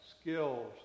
skills